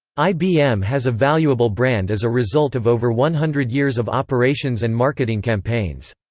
ibm has a valuable brand as a result of over one hundred years of operations and marketing campaigns.